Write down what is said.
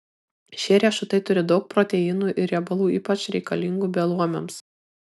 šie riešutai turi daug proteinų ir riebalų ypač reikalingų beluomiams